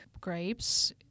grapes